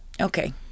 Okay